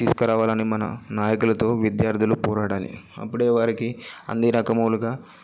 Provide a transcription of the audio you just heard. తీసుకు రావాలని మన నాయకులతో విద్యార్థులు పోరాడాలి అప్పుడే వారికి అన్ని రకములుగా